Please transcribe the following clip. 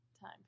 time